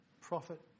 Prophet